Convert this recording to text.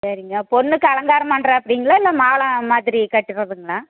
சரிங்க பொண்ணுக்கு அலங்காரம் பண்ணுறாப்படிங்களா இல்லை மாலை மாதிரி கட்டுறதுங்களா